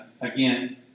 again